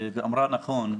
ואמרה נכון,